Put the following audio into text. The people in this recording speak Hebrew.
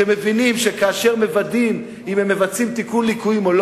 שמבינים שכאשר מוודאים אם הם מבצעים תיקון ליקויים או לא